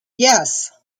yes